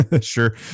Sure